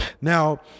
Now